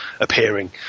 appearing